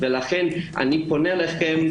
לכן אני פונה אליכם,